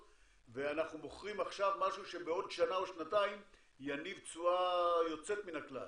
ואנחנו מוכרים עכשיו משהו שבעוד שנה או שנתיים יניב תשואה יוצאת מן הכלל.